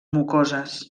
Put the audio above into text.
mucoses